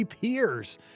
peers